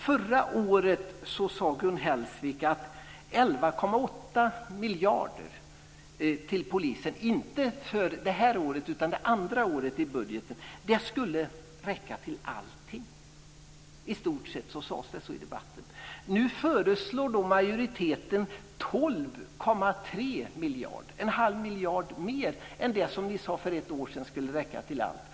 Förra året sade Gun Hellsvik att 11,8 miljarder till polisen för det andra året i budgeten, inte för detta år, skulle räcka till allting. Det var i stort sett vad som sades i debatten. Nu föreslår majoriteten 12,3 miljarder. Det är en halv miljard mer än det som ni för ett år sedan sade skulle räcka till allt.